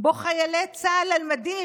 שבו חיילי צה"ל על מדים,